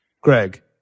Greg